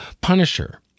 Punisher